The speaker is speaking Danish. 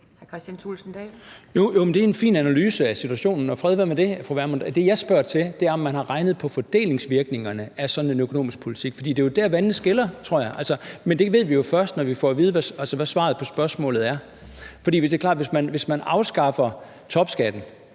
det, fru Pernille Vermund. Det, jeg spørger til, er, om man har regnet på fordelingsvirkningerne af sådan en økonomisk politik, for det er der, vandene skiller det, tror jeg. Men det ved vi jo først, når vi får at vide, hvad svaret på spørgsmålet er. For det er klart,